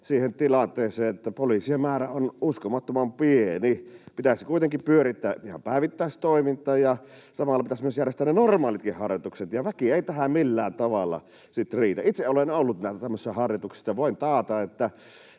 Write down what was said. siihen tilanteeseen, että poliisien määrä on uskomattoman pieni. Pitäisi kuitenkin pyörittää ihan päivittäistoimintaa, ja samalla pitäisi myös järjestää ne normaalitkin harjoitukset, ja väki ei tähän millään tavalla riitä. Itse olen ollut tämmöisissä harjoituksissa, ja voin taata, että